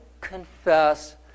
confess